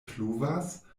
pluvas